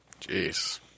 Jeez